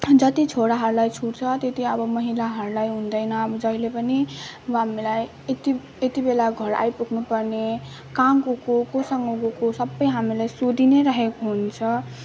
जति छोराहरूलाई छुट छ त्यति अब महिलाहरूलाई हुँदैन जहिल्यै पनि अब हामीलाई यति यति बेला घर आइपुग्नु पर्ने कहाँ गएको कोसँग गएको सबै हामीलाई सोधि नै राखेको हुन्छ